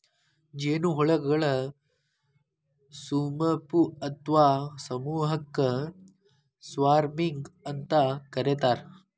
ಜೇನುಹುಳಗಳ ಸುಮಪು ಅತ್ವಾ ಸಮೂಹಕ್ಕ ಸ್ವಾರ್ಮಿಂಗ್ ಅಂತ ಕರೇತಾರ